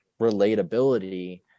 relatability